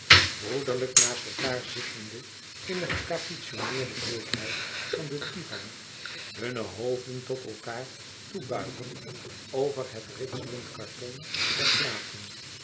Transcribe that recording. broederlijk naast elkaar zittende in de gecapitonneerde weekheid van den divan hunne hoofden tot elkaâr toe buigend over het ritselend karton der platen